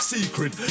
Secret